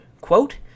quote